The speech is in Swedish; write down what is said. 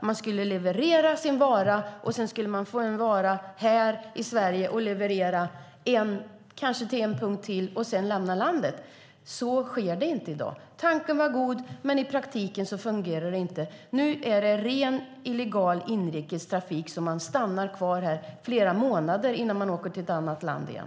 Man skulle leverera sin vara, sedan skulle man få en vara här i Sverige som skulle levereras till en punkt till och sedan skulle man lämna landet. Det sker inte i dag. Tanken var god, men i praktiken fungerar det inte. Nu är det en rent illegal inrikestrafik. Man stannar kvar här i flera månader innan man åker till ett annat land igen.